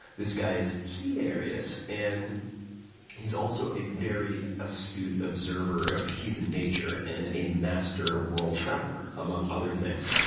this guy is hilarious. and he's also a very astute observer of human nature, and a master world traveler, among other things.